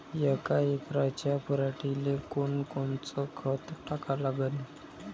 यका एकराच्या पराटीले कोनकोनचं खत टाका लागन?